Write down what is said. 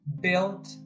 built